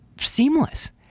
Seamless